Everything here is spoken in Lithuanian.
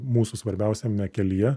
mūsų svarbiausiame kelyje